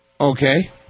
Okay